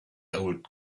old